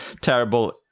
terrible